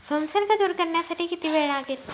संसर्ग दूर करण्यासाठी किती वेळ लागेल?